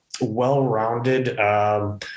well-rounded